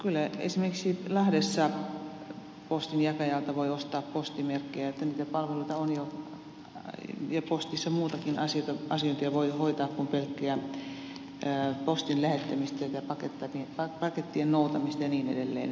kyllä esimerkiksi lahdessa postinjakajalta voi ostaa postimerkkejä eli niitä palveluita on jo ja postissa voi hoitaa muutakin asiointia kuin pelkkää postin lähettämistä ja pakettien noutamista ja niin edelleen